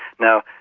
now,